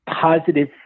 positive